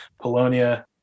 polonia